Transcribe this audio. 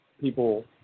people